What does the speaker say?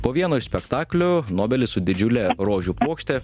po vieno iš spektaklių nobelis su didžiule rožių puokšte